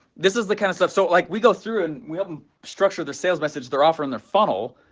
this is the kind of stuff, so like we go through and we haven't structured the sales message. they're offering their funnel,